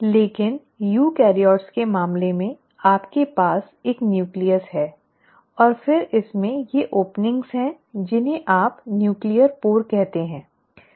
लेकिन यूकेरियोट्स के मामले में आपके पास एक न्यूक्लियस है और फिर इसमें ये ओपिनिंग हैं जिन्हें आप केन्द्रक छिद्र कहते हैं